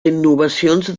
innovacions